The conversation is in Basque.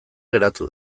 geratu